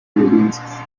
ingredients